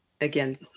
Again